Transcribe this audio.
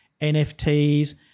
NFTs